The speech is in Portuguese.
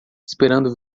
esperando